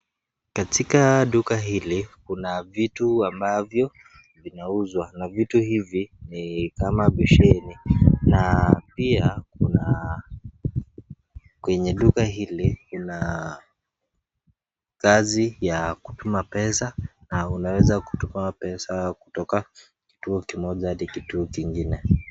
Katika duka hili kuna vitu ambavyo vinauzwa na vitu hivi ni kama na pia, kuna kwenye duka hili lina kazi ya kutuma pesa na unaweza kutuma pesa kutoka kituo kimoja hadi kituo kingine.